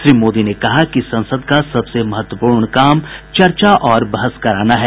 श्री मोदी ने कहा कि संसद का सबसे महत्वपूर्ण काम चर्चा और बहस करना है